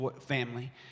family